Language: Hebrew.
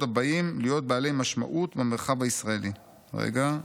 הבאים להיות בעלי משמעות במרחב הישראלי" רגע,